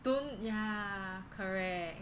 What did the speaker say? don't ya correct